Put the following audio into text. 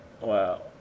Wow